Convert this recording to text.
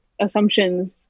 assumptions